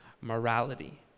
morality